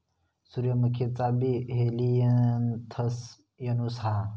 सूर्यमुखीचा बी Helianthus annuus हा